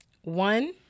one